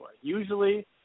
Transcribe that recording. Usually